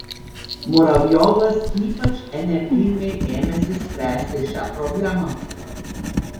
muravjovas ypač energingai ėmėsi spręsti šią problemą